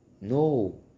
No